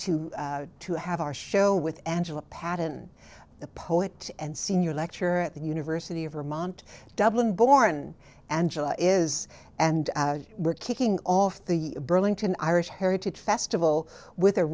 to to have our show with angela patton the poet and senior lecturer at the university of vermont dublin born angela is and we're kicking off the burlington irish heritage festival with